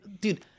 Dude